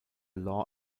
law